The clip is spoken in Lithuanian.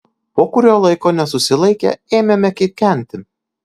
po kurio laiko nesusilaikę ėmėme kikenti